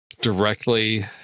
directly